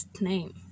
name